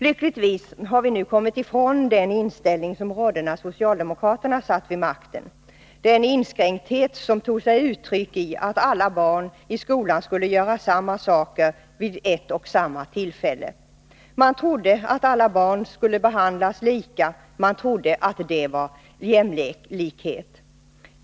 Lyckligtvis har vi nu kommit ifrån den inställning som rådde när socialdemokraterna satt vid makten, den inskränkthet som tog sig uttryck i att alla barn i skolan skulle göra samma saker vid ett och samma tillfälle. Man trodde att alla barn skulle behandlas lika, man trodde att det var jämlikhet.